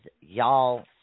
y'all